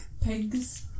pigs